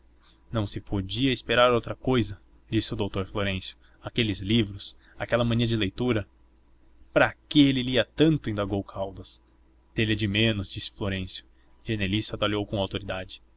nem se podia esperar outra cousa disse o doutor florêncio aqueles livros aquela mania de leitura pra que ele lia tanto indagou caldas telha de menos disse florêncio genelício atalhou com autoridade